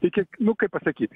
iki nu kaip pasakyt